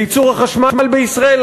לייצור החשמל בישראל,